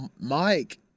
Mike